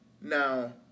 Now